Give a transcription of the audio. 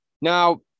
Now